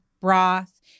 broth